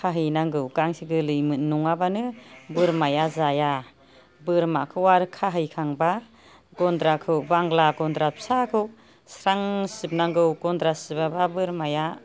गांसो गोरलै नङाबानो बोरमाया जाया बोरमाखौ आरो खाहैखांबा गन्द्राखौ बांग्ला गन्द्रा फिसाखौ स्रां सिबनांगौ गन्द्रा सिबाबा बोरमाया